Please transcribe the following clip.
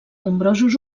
nombrosos